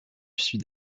sud